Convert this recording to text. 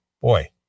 boy